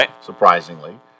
Surprisingly